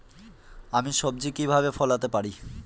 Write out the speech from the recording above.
আমি সবজি কিভাবে ফলাতে পারি?